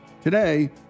Today